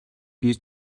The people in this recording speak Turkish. bir